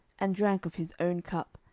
and drank of his own cup,